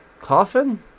Coffin